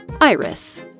Iris